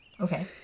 Okay